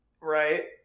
Right